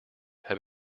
have